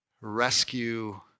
Rescue